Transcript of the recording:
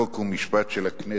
חוק ומשפט של הכנסת,